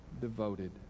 devoted